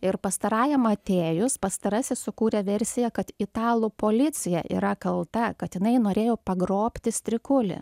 ir pastarajam atėjus pastarasis sukūrė versiją kad italų policija yra kalta kad jinai norėjo pagrobti strikulį